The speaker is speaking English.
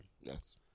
Yes